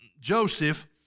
Joseph